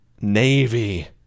navy